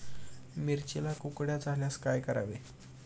मिरचीला कुकड्या झाल्यास काय करावे?